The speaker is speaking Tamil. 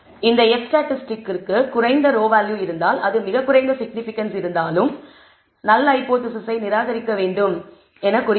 இந்த F ஸ்டாட்டிஸ்டிக் ர்க்கு குறைந்த p வேல்யூ இருந்தால் அது மிகக்குறைந்த சிக்னிபிகன்ஸ் இருந்தாலும் நல் ஹைபோதேசிஸ்ஸை நிராகரிக்க வேண்டும் என குறிக்கிறது